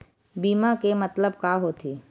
बीमा के मतलब का होथे?